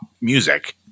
music